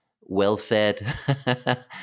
well-fed